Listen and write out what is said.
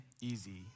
easy